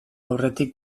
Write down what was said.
aurretik